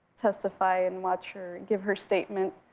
testify and watch her give her statement,